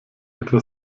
etwa